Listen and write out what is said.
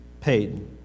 paid